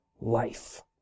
life